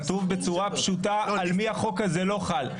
כתוב בצורה פשוטה על מי החוק הזה לא חל,